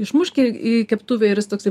išmušk į į keptuvę ir jis toksai